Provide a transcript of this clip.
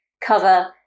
cover